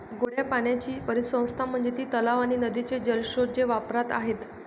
गोड्या पाण्याची परिसंस्था म्हणजे ती तलाव आणि नदीचे जलस्रोत जे वापरात आहेत